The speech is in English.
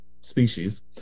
species